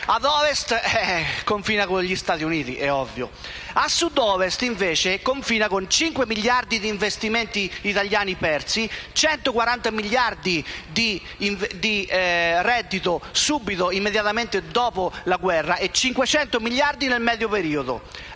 ad Ovest confina con gli Stati Uniti, è ovvio; a Sud-Ovest, invece, confina con cinque miliardi di investimenti italiani persi, 140 miliardi di reddito immediatamente dopo la guerra e 500 miliardi nel medio periodo;